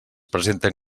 presenten